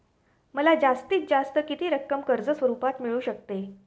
मला जास्तीत जास्त किती रक्कम कर्ज स्वरूपात मिळू शकते?